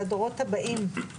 לדורות הבאים.